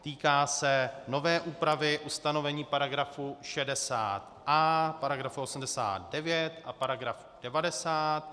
Týká se nové úpravy ustanovení § 60a, § 89 a § 90.